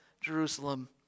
Jerusalem